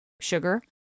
sugar